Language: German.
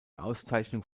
auszeichnung